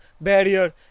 barrier